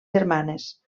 germanes